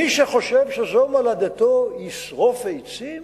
מי שחושב שזו מולדתו ישרוף עצים?